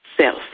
self